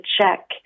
check